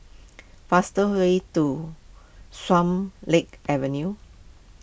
faster way to Swan Lake Avenue